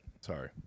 sorry